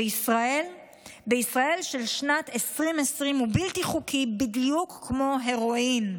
בישראל של שנת 2020 הוא בלתי חוקי בדיוק כמו הרואין.